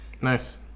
Nice